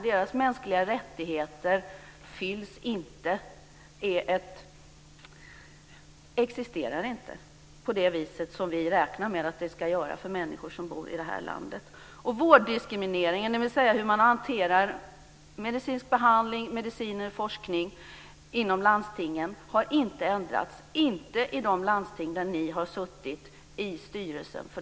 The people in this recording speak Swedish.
Deras mänskliga rättigheter existerar inte på det sätt som vi räknar med att de ska göra för människor som bor i det här landet. Vårddiskrimineringen, dvs. hur man hanterar medicinsk behandling, mediciner och forskning inom landstingen, har inte ändrats, inte i de landsting där ni har suttit i styrelsen.